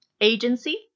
Agency